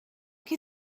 que